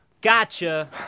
Gotcha